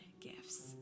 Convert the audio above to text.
gifts